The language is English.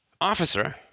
Officer